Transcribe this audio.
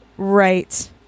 Right